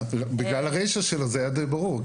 בגלל הרישה שלו זה היה די ברור.